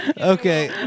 okay